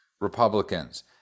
Republicans